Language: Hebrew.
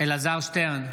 אלעזר שטרן,